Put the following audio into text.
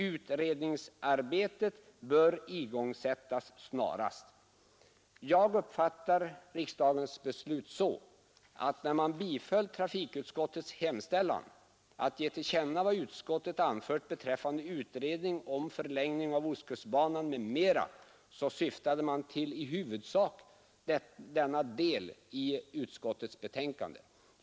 Utredningsarbetet bör igångsättas snarast.” Jag uppfattar riksdagens beslut så att när riksdagen biföll trafikutskottets hemställan att ge till känna ”vad utskottet anfört beträffande utredning om förlängning av ostkustbanan m.m.”, så syftade man i huvudsak på den del av utskottets betänkande som jag läste upp.